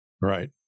Right